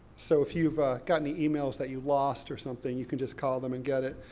so if you've gotten emails that you lost, or something, you can just call them and get it.